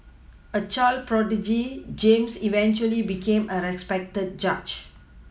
a child prodigy James eventually became a respected judge